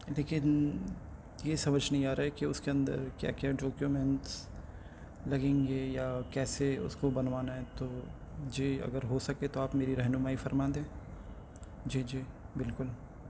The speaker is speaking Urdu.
لیکن یہ سمجھ نہیں آ رہا ہے کہ اس کے اندر کیا کیا ڈاکیومینٹس لگیں گے یا کیسے اس کو بنوانا ہے تو جی اگر ہو سکے تو آپ میری رہنمائی فرما دیں جی جی بالکل